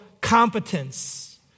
competence